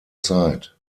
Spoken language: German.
zeit